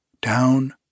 down